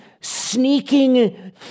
sneaking